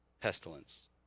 pestilence